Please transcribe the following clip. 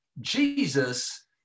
Jesus